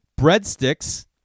Breadsticks